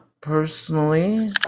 Personally